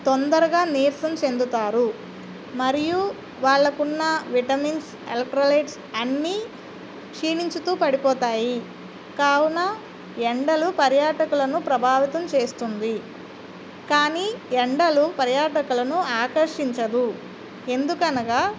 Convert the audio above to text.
తొందరగా నీరసం చెందుతారు మరియు వాళ్ళకున్నా విటమిన్స్ ఎలక్ట్రోలైట్స్ అన్ని క్షీణించుతూ పడిపోతాయి కావున ఎండలు పర్యాటకులను ప్రభావితం చేస్తుంది కానీ ఎండలు పర్యాటకులను ఆకర్షించదు ఎందుకనగా